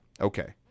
Okay